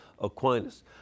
aquinas